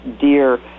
dear